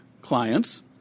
clients